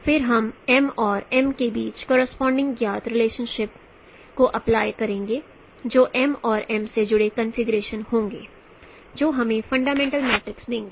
फिर हम M और m के बीच करोसपोंडिंग ज्ञात रिलेशन को अप्लाई करेंगे जो M और m से जुड़े कॉन्फ़िगरेशन होंगे जो हमें फंडामेंटल मैट्रिक्स देंगे